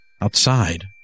outside